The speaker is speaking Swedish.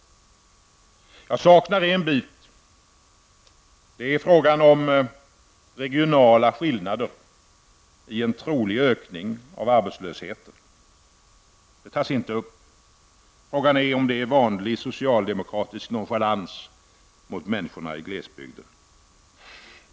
Jag saknar en bit, nämligen frågan om regionala skillnader i en trolig ökning av arbetslösheten. Den tas inte upp. Frågan är om detta är vanlig socialdemokratisk nonchalans mot människor i glesbygden.